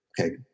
Okay